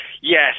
Yes